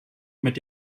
mit